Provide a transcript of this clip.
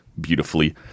beautifully